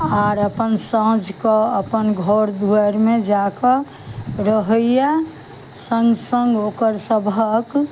आर अपन साँझ कऽ अपन घर दुआरिमे जाकऽ रहैया संग संग ओकर सभक